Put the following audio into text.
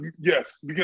Yes